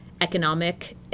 economic